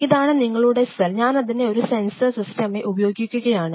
ഇതാണ് നിങ്ങളുടെ സെൽ ഞാനതിനെ ഒരു സെൻസർ സിസ്റ്റമായി ഉപയോഗിക്കുകയാണ്